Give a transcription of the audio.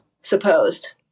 supposed